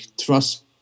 trust